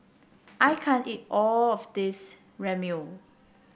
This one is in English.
I can't eat all of this Ramyeon